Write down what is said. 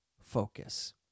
focus